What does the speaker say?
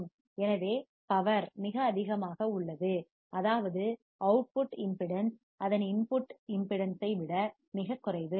எனவே சக்தி பவர் மிக அதிகமாக உள்ளது அதாவது அவுட்புட் இம்பிடிடென்ஸ் அதன் இன்புட் மின்மறுப்பை இம்பிடிடென்ஸ் ஐ விட மிகக் குறைவு